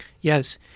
yes